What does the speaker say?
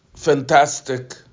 Fantastic